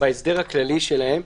בהסדר הכללי שלהם.